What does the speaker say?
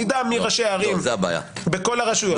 נדע מי ראשי הערים בכל הרשויות.